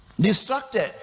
distracted